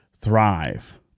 thrive